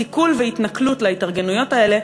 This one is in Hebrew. סיכול והתנכלות להתארגנויות האלה,